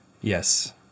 Yes